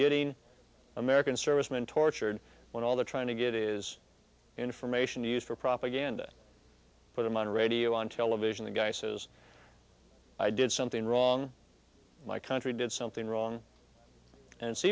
getting american servicemen tortured when all the trying to get is information to use for propaganda for them on radio on television the guy says i did something wrong my country did something wrong and